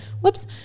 whoops